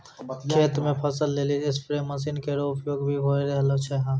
खेत म फसल लेलि स्पेरे मसीन केरो उपयोग भी होय रहलो छै